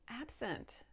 absent